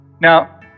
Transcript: Now